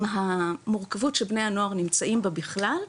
המורכבות שבני הנוער נמצאים בה בכלל,